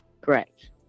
Correct